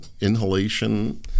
inhalation